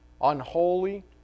unholy